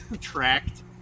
Tracked